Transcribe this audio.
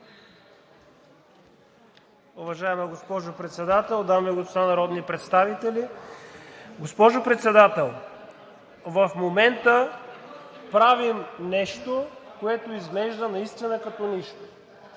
Уважаема госпожо Председател, дами и господа народни представители! Госпожо Председател, в момента правим нещо, което изглежда наистина като нищо.